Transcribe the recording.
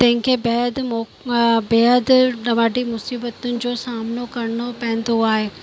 तंहिंखें बैदि मो बेहदि ॾाढी मुसीबतनि जो सामिनो करिणो पवंदो आहे